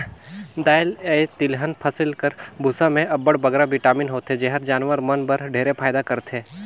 दाएल अए तिलहन फसिल कर बूसा में अब्बड़ बगरा बिटामिन होथे जेहर जानवर मन बर ढेरे फएदा करथे